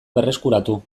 berreskuratu